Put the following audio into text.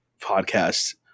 podcast